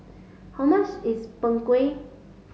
how much is Png Kueh